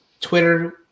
Twitter